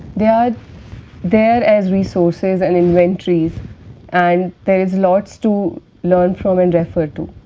they are there as resources and inventories and there is lots to learn from and referred to.